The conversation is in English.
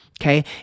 okay